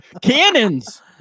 cannons